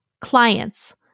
clients